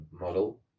model